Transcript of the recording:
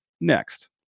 next